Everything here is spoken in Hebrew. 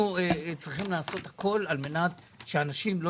בתעשייה בוטל.